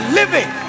living